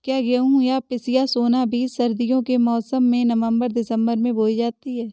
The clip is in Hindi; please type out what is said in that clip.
क्या गेहूँ या पिसिया सोना बीज सर्दियों के मौसम में नवम्बर दिसम्बर में बोई जाती है?